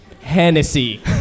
Hennessy